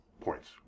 points